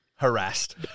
harassed